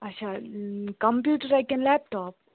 اچھا کَمپیوٗٹَرا کِنہٕ لیپٹاپ